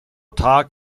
tag